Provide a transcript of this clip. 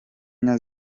nka